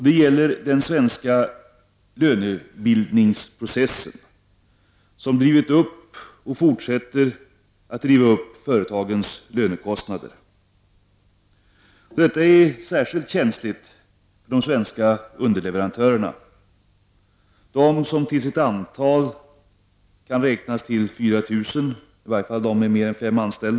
Det gäller den svenska lönebildningsprocessen, som har drivit upp och fortsätter att driva upp företagens lönekostnader. Detta är särskilt känsligt för de svenska underleverantörerna. Underleverantörsföretagen med fler än fem anställda kan räknas till ett antal av 4 000.